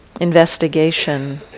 investigation